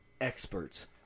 experts